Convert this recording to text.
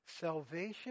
Salvation